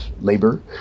labor